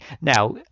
now